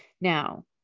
Now